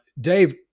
Dave